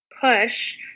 push